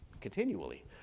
continually